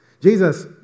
Jesus